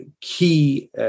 key